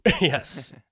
Yes